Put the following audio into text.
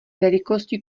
velikosti